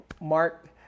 Mark